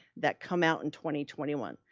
that come out in twenty twenty one,